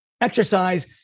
exercise